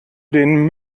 den